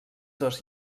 dos